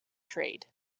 trade